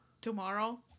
tomorrow